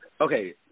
Okay